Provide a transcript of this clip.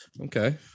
Okay